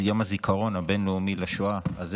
שיום הזיכרון הבין-לאומי לשואה הזה,